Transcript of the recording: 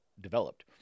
developed